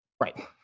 Right